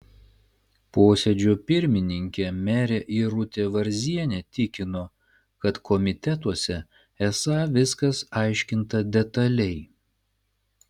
posėdžio pirmininkė merė irutė varzienė tikino kad komitetuose esą viskas aiškinta detaliai